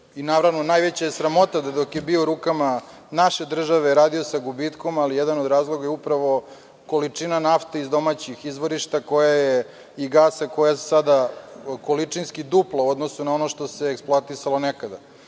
ali najveća je sramota da, dok je bio u rukama naše države, radio sa gubitkom, ali jedan od razloga je upravo količina nafte iz domaćih izvorišta koje je sada količinski duplo u odnosu na ono što se eksploatisalo nekada. Mislim